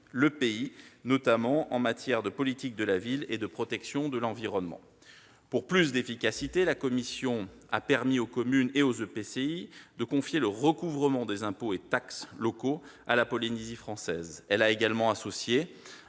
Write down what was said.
le pays, notamment en matière de politique de la ville et de protection de l'environnement. Pour plus d'efficacité, la commission a permis aux communes et aux EPCI de confier le recouvrement des impôts et taxes locaux à la Polynésie française. Elle a également associé